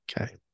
Okay